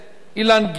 אילן גילאון.